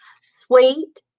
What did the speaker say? Sweet